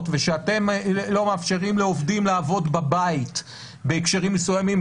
ושאתם לא מאפשרים לעובדים לעבוד בבית בהקשרים מסוימים,